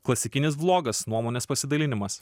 klasikinis blogas nuomonės pasidalinimas